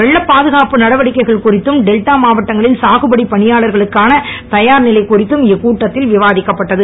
வெள்ளப் பாதுகாப்பு நடடிவக்கைகள் குறித்தும் டெல்டா மாவட்டங்களில் சாகுபடிப் பணிகளுக்கான தயார்நிலை குறித்தும் இக்கூட்டத்தில் விவாதிக்கப்பட்டது